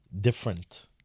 Different